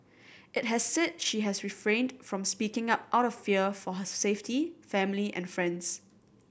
it has said she has refrained from speaking up out of fear for her safety family and friends